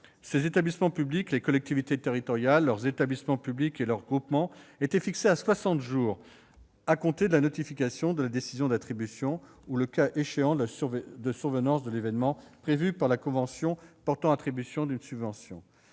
ses établissements publics, les collectivités territoriales, leurs établissements publics et leurs groupements était fixé à soixante jours à compter de la notification de la décision d'attribution ou, le cas échéant, de la survenance de l'événement prévu par la convention portant attribution d'une subvention.